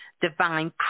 Divine